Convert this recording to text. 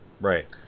Right